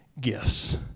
gifts